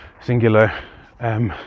singular